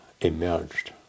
emerged